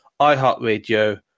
iHeartRadio